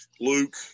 luke